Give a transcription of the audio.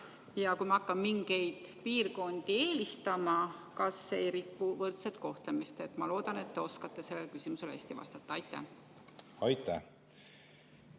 Ja kui me hakkame mingeid piirkondi eelistama, siis kas see ei riku võrdset kohtlemist? Ma loodan, et te oskate sellele küsimusele hästi vastata. Aitäh! Austatud